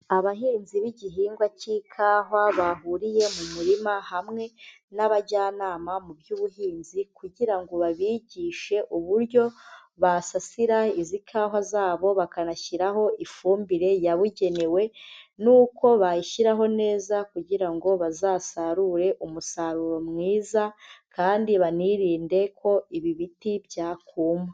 Abahinzi b'igihingwa cy'ikawa bahuriye mu murima hamwe n'abajyanama mu by'ubuhinzi kugira ngo babigishe uburyo basasira izi kawa zabo bakanashyiraho ifumbire yabugenewe n'uko bayishyiraho neza kugira ngo bazasarure umusaruro mwiza kandi banirinde ko ibi biti byakuma.